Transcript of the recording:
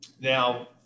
now